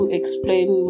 explain